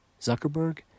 Zuckerberg